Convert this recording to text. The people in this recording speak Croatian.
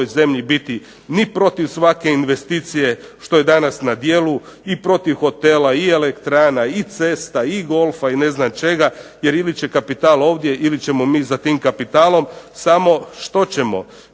ovoj zemlji biti ni protiv svake investicije što je danas na djelu i protiv hotela i elektrana i cesta i golfa i ne znam čega jer ili će kapital ovdje ili ćemo mi za tim kapitalom. Samo što ćemo,